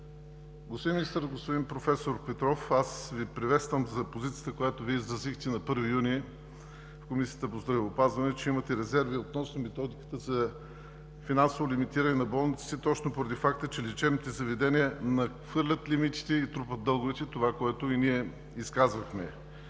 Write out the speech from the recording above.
Господин министър, господин проф. Петров, аз Ви приветствам за позицията, която изразихте на първи юни в Комисията по здравеопазване, че имате резерви относно методиката за финансово да лимитиране на болниците точно поради факта, че лечебните заведения надхвърлят лимитите и трупат дълговете – това, което изказахме.